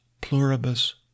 pluribus